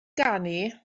ganu